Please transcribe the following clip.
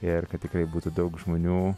ir kad tikrai būtų daug žmonių